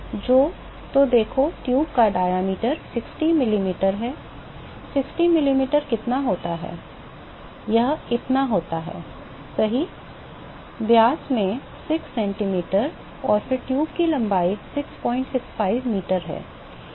तो देखो ट्यूब का व्यास 60 मिलीमीटर है 60 मिलीमीटर कितना होता है यह इतना होता है सही व्यास में 6 सेंटीमीटर और फिर ट्यूब की लंबाई 665 मीटर है